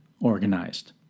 organized